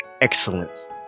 excellence